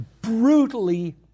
brutally